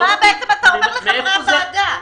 מה בעצם אתה אומר לחברי הוועדה?